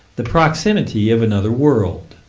the proximity of another world.